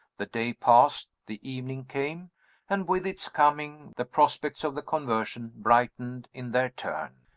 the day passed, the evening came and, with its coming, the prospects of the conversion brightened in their turn.